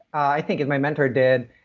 i think my mentor did.